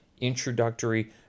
introductory